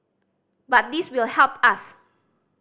but this will help us